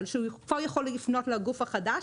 אבל שהוא כבר יכול לפנות לגוף החדש,